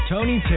Tony